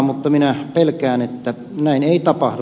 mutta minä pelkään että näin ei tapahdu